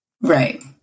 Right